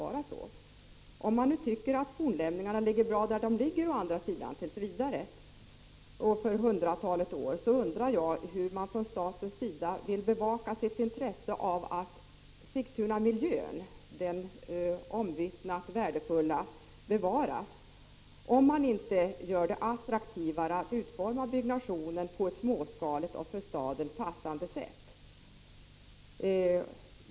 Om man å andra sidan tycker att fornlämningarna ligger bra där de ligger till vidare för hundratalet år, så undrar jag hur man från statens sida skall bevaka sitt intresse av att den omvittnat värdefulla Sigtunamiljön bevaras, om man inte gör det attraktivare att utforma byggnationen på ett småskaligt och för staden passande sätt.